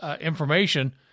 information